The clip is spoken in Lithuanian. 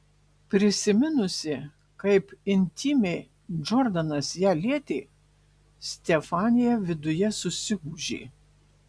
prisiminusi kaip intymiai džordanas ją lietė stefanija viduje susigūžė